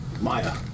Maya